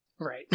right